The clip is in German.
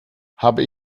habe